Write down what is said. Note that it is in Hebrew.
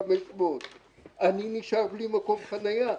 1,500 שקלים אני נשאר בלי מקום חניה,